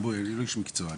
אני לא איש מקצוע.